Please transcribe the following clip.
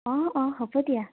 অঁ অঁ হ'ব দিয়া